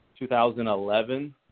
2011